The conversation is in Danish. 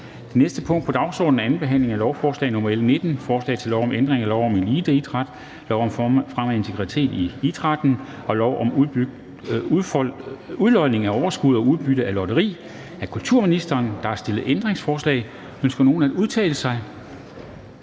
Det næste punkt på dagsordenen er: 3) 2. behandling af lovforslag nr. L 19: Forslag til lov om ændring af lov om eliteidræt, lov om fremme af integritet i idrætten og lov om udlodning af overskud og udbytte af lotteri. (Styrkelse af atleternes stemme i Team